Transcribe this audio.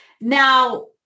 Now